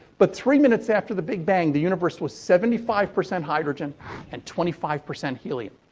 but, three minutes after the big bang, the universe was seventy five percent hydrogen and twenty five percent helium.